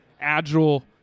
agile